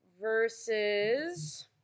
Versus